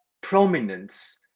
prominence